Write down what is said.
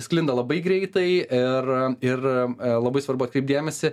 sklinda labai greitai ir ir labai svarbu atkreipt dėmesį